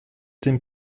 den